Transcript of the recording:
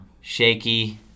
shaky